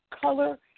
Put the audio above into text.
color